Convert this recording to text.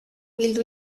bildu